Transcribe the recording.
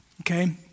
okay